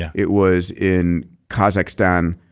yeah it was in kazakhstan,